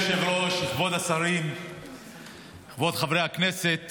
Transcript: טוב, חבר הכנסת